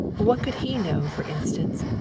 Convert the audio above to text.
what could he know, for instance,